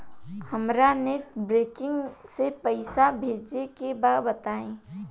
हमरा net banking से पईसा भेजे के बा बताई?